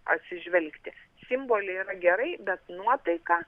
atsižvelgti simboliai yra gerai bet nuotaika